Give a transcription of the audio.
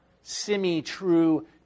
semi-true